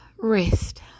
rest